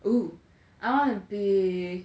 oh I wanna be